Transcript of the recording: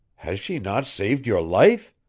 has she not saved your life!